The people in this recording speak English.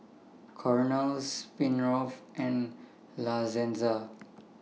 Cornell Smirnoff and La Senza